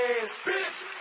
bitch